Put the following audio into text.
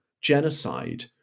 genocide